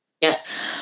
Yes